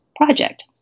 project